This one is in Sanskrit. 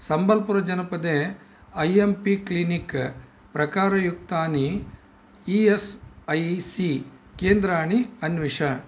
सम्बल्पुर जनपदे ऐ एम् पी क्लीनिक् प्रकारयुक्तानि ई एस् ऐ सी केन्द्राणि अन्विष